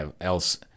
else